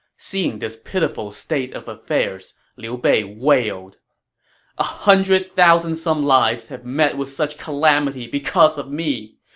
seeing this pitiful state of affairs, liu bei wailed a hundred thousand-some lives have met with such calamity because of me!